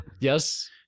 Yes